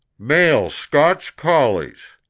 male scotch collies!